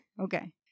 Okay